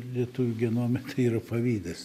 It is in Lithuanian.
lietuvių genome yra pavydas